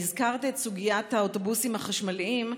הזכרת את סוגיית האוטובוסים החשמליים.